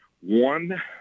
One